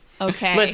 Okay